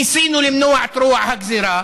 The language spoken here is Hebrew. ניסינו למנוע את רוע הגזירה.